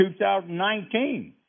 2019